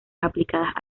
aplicadas